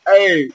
Hey